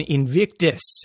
Invictus